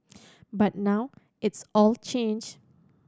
but now it's all changed